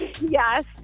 Yes